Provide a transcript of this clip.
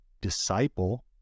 disciple